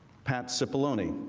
pat cipollone